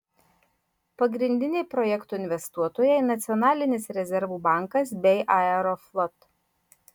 pagrindiniai projekto investuotojai nacionalinis rezervų bankas bei aeroflot